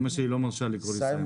אימא שלי לא מרשה לקרוא לי סיימון.